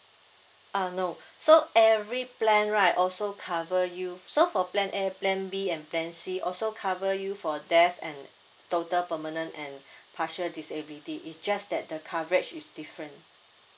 uh no so every plan right also cover you so for plan A plan B and plan C also cover you for death and total permanent and partial disability it's just that the coverage is different